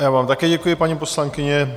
Já vám také děkuji, paní poslankyně.